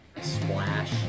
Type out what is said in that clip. splash